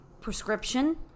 prescription